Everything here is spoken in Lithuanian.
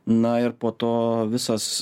na ir po to visas